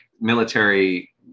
military